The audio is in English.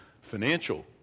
financial